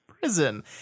prison